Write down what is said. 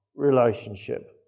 relationship